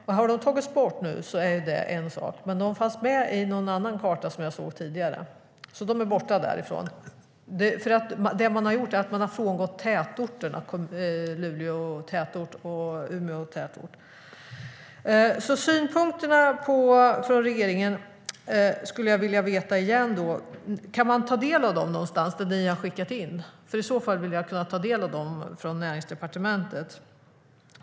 Om de nu har tagits bort är det en sak. Men de fanns med på en annan karta som jag såg tidigare. De är alltså borta därifrån? Det man har gjort är att man har frångått Luleå och Umeå tätorter. Jag vill veta: Kan man någonstans ta del av synpunkterna som regeringen skickat in? I så fall vill jag kunna ta del av dem från Näringsdepartementet.